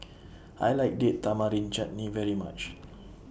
I like Date Tamarind Chutney very much